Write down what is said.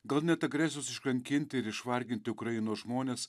gal net agresijos iškankinti ir išvarginti ukrainos žmonės